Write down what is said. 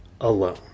Alone